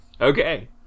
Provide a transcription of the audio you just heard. Okay